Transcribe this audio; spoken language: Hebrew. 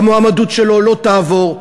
המועמדות שלו לא תעבור,